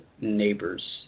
neighbors